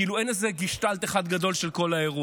כאילו אין איזה גשטלט אחד גדול של כל האירוע.